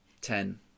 Ten